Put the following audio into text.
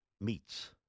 meets